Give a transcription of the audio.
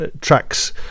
tracks